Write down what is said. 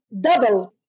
double